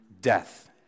death